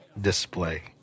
display